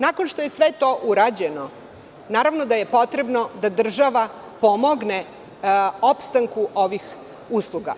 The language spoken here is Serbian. Nakon što je sve to urađeno, naravno da je potrebno da država pomogne opstanku ovih usluga.